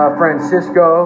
francisco